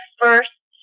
first